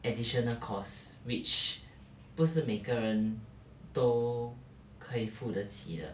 additional costs which 不是每个人都可以付得起的